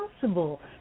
possible